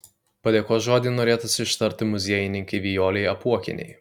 padėkos žodį norėtųsi ištarti muziejininkei vijolei apuokienei